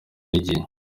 n’igihe